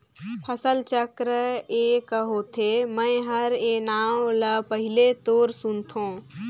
फसल चक्र ए क होथे? मै हर ए नांव ल पहिले तोर सुनथों